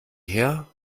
her